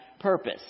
purpose